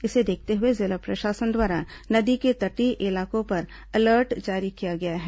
इसे देखते हुए जिला प्रशासन द्वारा नदी के तटीय इलाकों पर अलर्ट जारी किया गया है